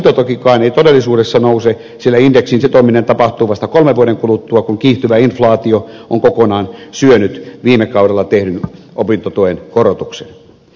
opintotukikaan ei todellisuudessa nouse sillä indeksiin sitominen tapahtuu vasta kolmen vuoden kuluttua kun kiihtyvä inflaatio on kokonaan syönyt viime kaudella tehdyn opintotuen korotuksen